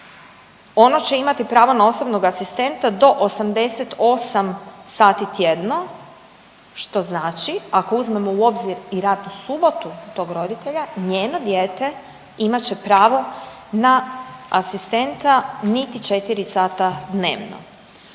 ono će imati pravo na osobnog asistenta do 88 sati tjedno, što znači ako uzmemo u obzir i radnu subotu tog roditelja, njeno dijete imat će pravo na asistenta niti 4 sata dnevno.